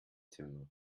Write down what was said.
zimmer